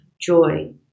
joy